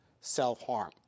self-harm